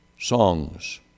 songs